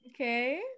Okay